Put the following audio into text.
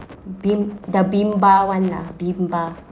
Bimb~ the Bimba [one] lah Bimba